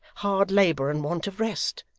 hard labour, and want of rest.